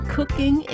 Cooking